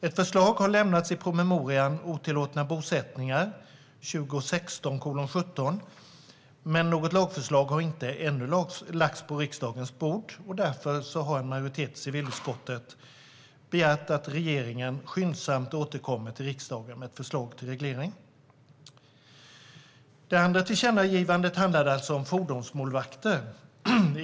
Ett förslag har lämnats i promemorian Otillåtna bosättningar , 2016:17, men något lagförslag har ännu inte lagts på riksdagens bord. Därför har en majoritet i civilutskottet begärt att regeringen skyndsamt återkommer till riksdagen med ett förslag till reglering. Det andra tillkännagivandet handlar alltså om fordonsmålvakter.